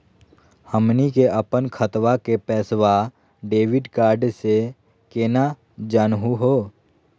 हमनी के अपन खतवा के पैसवा डेबिट कार्ड से केना जानहु हो?